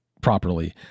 properly